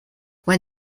when